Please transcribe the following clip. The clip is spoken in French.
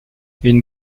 une